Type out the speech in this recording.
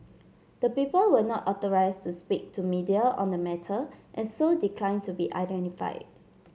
the people were not authorised to speak to media on the matter and so declined to be identified